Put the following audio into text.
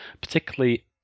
particularly